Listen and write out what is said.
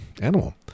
animal